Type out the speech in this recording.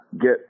Get